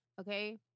Okay